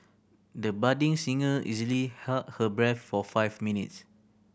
the budding singer easily held her breath for five minutes